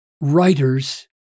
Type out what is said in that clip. writers